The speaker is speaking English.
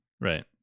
Right